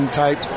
type